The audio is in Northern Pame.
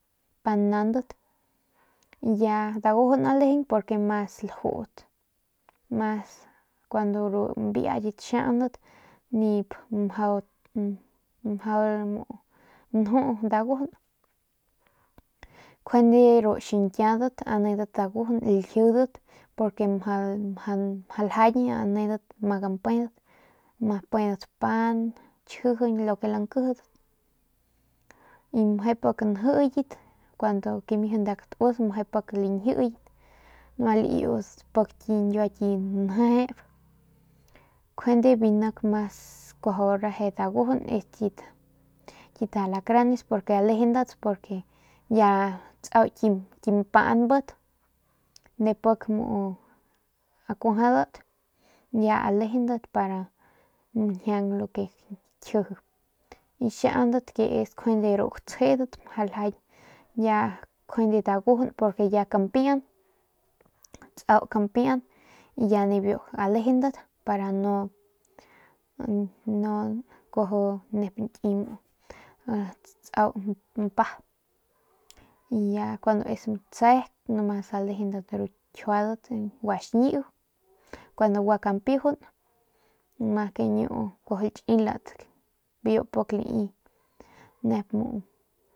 Pa naudat y ya dagujun alejeng porque mas lajut mas cuandu ru mbiayat xiandat nip mjau nju dagujun njuande ru xiñkiudat nedat dagujun laljidat porque mjau ljañ mang npedat ma pe pan chjijiñ lo que lankiji meje pik njiyet meje pik katus meje pik lañjiyat mjau laiu pik nkiua ki njejep njuande biu nik mas kuajau reje dagujun es biu ti lacranes pik lejendat porque ya tsau kimpaambat biu pik muu kuajadat ya lejendat pa njiaung takji xiaundat njuande lo que es jutsjedat mjau ljañ ya njuande dagujun porque ya kampijun ya kampian y ya nalejendat para ya no nalejeng y nip tsau mpa y ya kun es matse lejendat kjiuadat guaxñiu njuande gua kampijun mas kañiu kuajau lachilat biu pik lai.